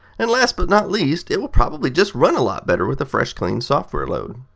and last but not least, it will probably just run a lot better with a fresh, clean software load.